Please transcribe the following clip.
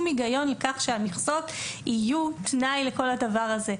היגיון לכך שהמכסות יהיו תנאי לכל הדבר הזה,